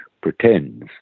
pretends